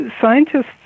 scientists